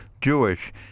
Jewish